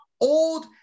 old